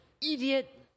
idiot